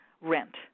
rent